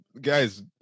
Guys